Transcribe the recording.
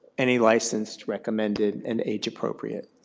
any licensed recommended and age appropriate?